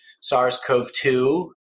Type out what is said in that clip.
SARS-CoV-2